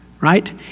Right